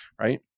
Right